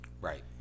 Right